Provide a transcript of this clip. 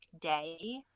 day